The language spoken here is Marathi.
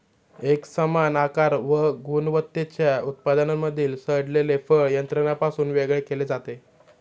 एकसमान आकार व गुणवत्तेच्या उत्पादनांमधील सडलेले फळ यंत्रापासून वेगळे केले जाते